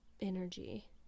energy